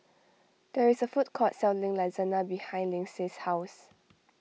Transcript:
there is a food court selling Lasagna behind Lynsey's house